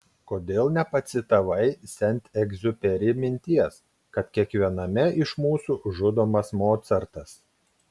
kodėl nepacitavai sent egziuperi minties kad kiekviename iš mūsų žudomas mocartas